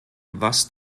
was